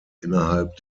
innerhalb